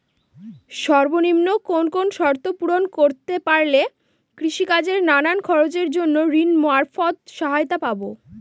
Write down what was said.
সর্বনিম্ন কোন কোন শর্ত পূরণ করতে পারলে কৃষিকাজের নানান খরচের জন্য ঋণ মারফত সহায়তা পাব?